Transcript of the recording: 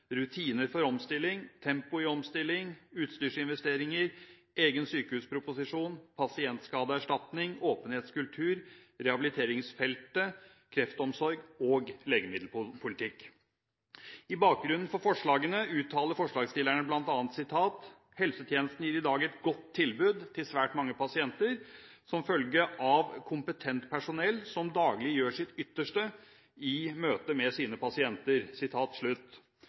rutiner for omstilling, tempo i omstilling, utstyrsinvesteringer, egen sykehusproposisjon, pasientskadeerstatning, åpenhetskultur, rehabiliteringsfeltet, kreftomsorg og legemiddelpolitikk. Som bakgrunn for forslagene uttaler forslagsstillerne bl.a.: «Helsetjenesten gir i dag et godt tilbud til svært mange pasienter, som følge av kompetent helsepersonell som daglig gjør sitt ytterste i møte med sine pasienter.»